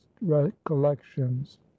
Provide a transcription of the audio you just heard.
recollections